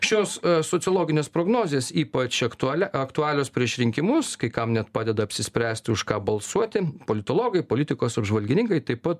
šios sociologinės prognozės ypač aktualia aktualios prieš rinkimus kai kam net padeda apsispręsti už ką balsuoti politologai politikos apžvalgininkai taip pat